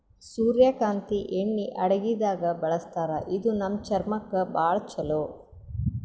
ಸೂರ್ಯಕಾಂತಿ ಎಣ್ಣಿ ಅಡಗಿದಾಗ್ ಬಳಸ್ತಾರ ಇದು ನಮ್ ಚರ್ಮಕ್ಕ್ ಭಾಳ್ ಛಲೋ